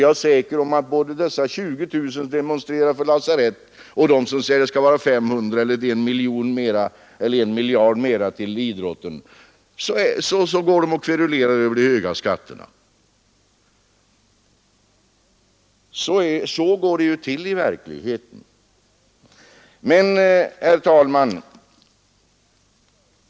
Jag är säker på att både dessa 20 000 som demonstrerar för lasarett och de som säger att det skall vara 500 miljoner eller 1 miljard mera till idrotten går och kverulerar över de höga skatterna. Herr talman!